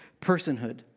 personhood